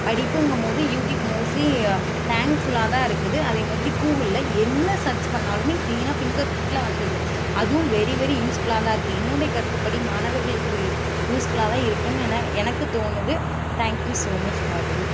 படிப்புங்கும்போது YouTube mostly தேங்க்ஃபுல்லாகதான் இருக்குது அதே மாதிரி கூகுள்ல என்ன சர்ச் பண்ணாலுமே க்ளீனாக ஃபிங்கர் ப்ரிண்ட்ல வந்துடுது அதுவும் வெரி வெரி யூஸ்ஃபுல்லாகதான் இருக்குது என்னோடைய கருத்துப்படி மாணவர்களுக்கு இது யூஸ்ஃபுல்லாகதான் இருக்குதுன்னு என எனக்கு தோணுது thank you so much for you